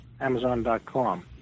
Amazon.com